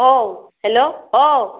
অও hello অও